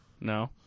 No